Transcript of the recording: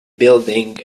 building